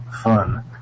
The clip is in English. fun